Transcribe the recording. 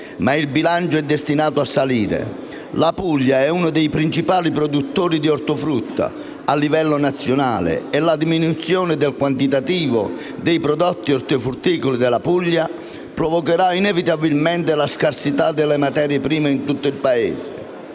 ma il bilancio è destinato a salire. La Puglia è uno dei principali produttori di ortofrutta a livello nazionale e la diminuzione del quantitativo dei prodotti ortofrutticoli della Puglia provocherà inevitabilmente la scarsità delle materie prime in tutto il Paese,